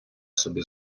собі